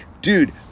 dude